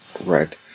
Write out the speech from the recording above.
Right